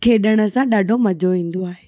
खेॾण सां ॾाढो मज़ो ईंदो आहे